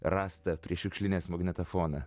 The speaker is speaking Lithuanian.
rastą prie šiukšlinės magnetafoną